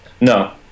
No